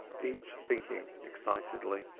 each thinking excitedly.